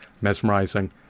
mesmerizing